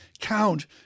count